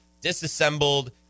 disassembled